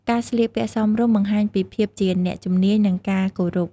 ការស្លៀកពាក់សមរម្យបង្ហាញពីភាពជាអ្នកជំនាញ និងការគោរព។